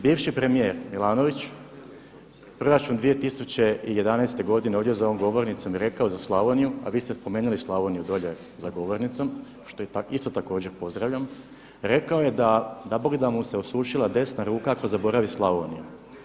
Bivši premijer Milanović proračun 2011. godine ovdje za ovom govornicom je rekao za Slavoniju, a vi ste spomenuli Slavoniju dolje za govornicom što isto tako pozdravljam, rekao je da dabogda mu se osušila desna ruka ako zaboravi Slavoniju.